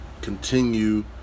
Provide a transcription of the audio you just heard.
continue